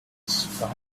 spies